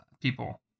people